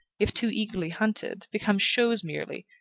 if too eagerly hunted, become shows merely,